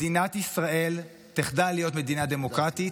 מדינת ישראל תחדל להיות מדינה דמוקרטית,